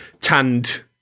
tanned